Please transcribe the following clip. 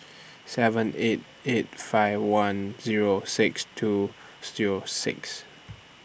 seven eight eight five one Zero six two Zero six